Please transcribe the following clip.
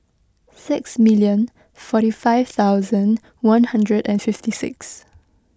six million forty five thousand one hundred and fifty six